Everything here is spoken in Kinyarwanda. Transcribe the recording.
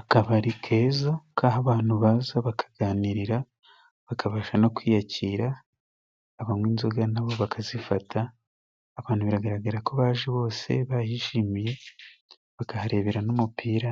Akabari keza abantu baza bakaganira bakabasha no kwiyakira, abanywa inzoga nabo bakazifata abantu biragaragara ko baje bose bayishimiye bakaharebera n'umupira